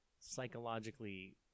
psychologically